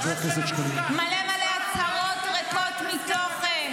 מלא מלא הצהרות ריקות מתוכן.